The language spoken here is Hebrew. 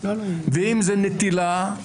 ואם זה נטילה,